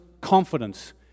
confidence